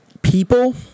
People